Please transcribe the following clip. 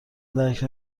درک